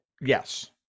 yes